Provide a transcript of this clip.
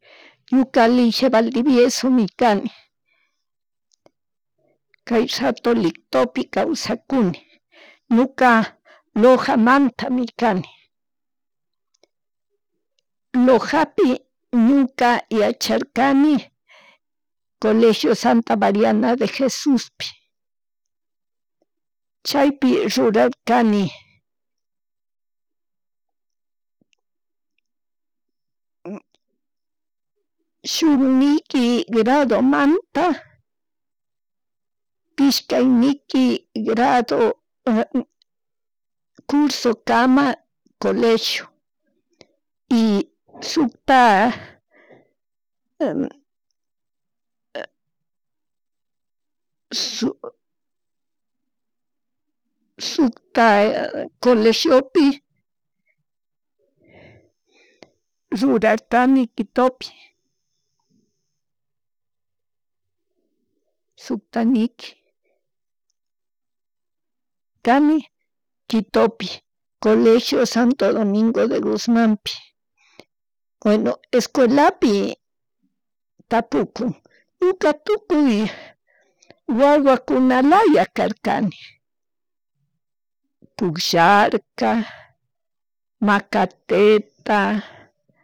Ñuka Ligia Valdivieso mi kani, kay rato Lictopi kawsakuni. Ñuka Lojamanta mi kani, Lojapi nuka yacharkani colegio Santa Mariana de Jesushpi chaypi rurakani shuk niki grado manta pishka niki grado, cursokama colegio y shuktak shuckta colegiopi rurarkani Quitopi. Suckta niki kani Quitopi, colegio Santo Domingo de Gushmanpi escuelapi tapukun ñuka tukuy wawakunalaya karkani pullarka macateta